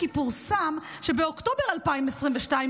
כי פורסם שבאוקטובר 2022,